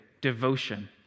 devotion